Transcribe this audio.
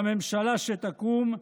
בממשלה שתקום,